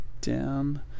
down